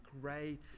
great